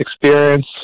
experience